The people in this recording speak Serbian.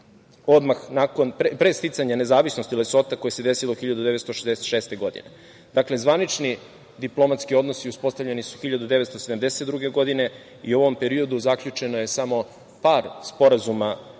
su pre sticanja nezavisnosti Lesota koje se desilo 1966. godine. Dakle, zvanični diplomatski odnosi uspostavljeni su 1972. godine i u ovom periodu zaključeno je samo par sporazuma